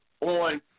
on